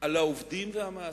על העובדים והמעסיקים,